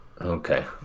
Okay